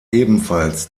ebenfalls